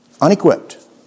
Unequipped